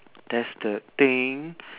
that's the thing